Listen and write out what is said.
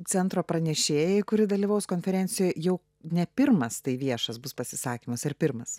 centro pranešėjai kuri dalyvaus konferencijoj jau ne pirmas tai viešas bus pasisakymas ar pirmas